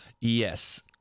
Yes